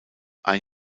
ein